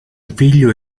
figlio